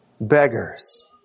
beggars